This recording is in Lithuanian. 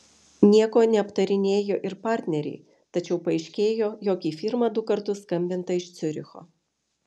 nieko neaptarinėjo ir partneriai tačiau paaiškėjo jog į firmą du kartus skambinta iš ciuricho